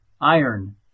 iron